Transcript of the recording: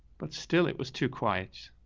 but still, it was too quiet.